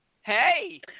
Hey